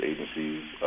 agencies